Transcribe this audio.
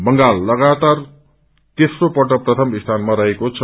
बंगाल लगाताार तेम्रो पल्ट प्रथम स्थानामा रहेको छ